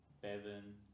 Bevan